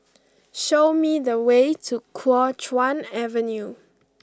show me the way to Kuo Chuan Avenue